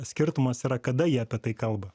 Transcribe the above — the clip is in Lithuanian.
skirtumas yra kada jie apie tai kalba